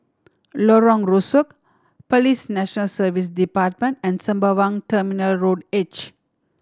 Lorong Rusuk Police National Service Department and Sembawang Terminal Road H